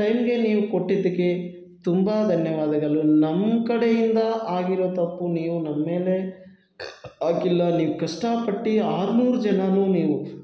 ಟೈಮ್ಗೆ ನೀವು ಕೊಟ್ಟಿದ್ದಕ್ಕೆ ತುಂಬ ಧನ್ಯವಾದಗಳು ನಮ್ಮ ಕಡೆಯಿಂದ ಆಗಿರೋ ತಪ್ಪು ನೀವು ನಮ್ಮೇಲೆ ಹಾಕಿಲ್ಲ ನೀವು ಕಷ್ಟ ಪಟ್ಟು ಆರ್ನೂರು ಜನರೂ ನೀವು